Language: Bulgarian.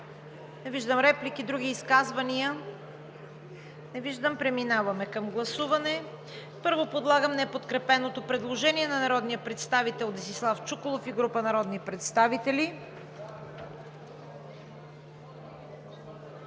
Не виждам. Други изказвания? Не виждам. Преминаваме към гласуване. Първо подлагам на гласуване неподкрепеното предложение на народния представител Десислав Чуколов и група народни представители.